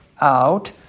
out